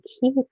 keep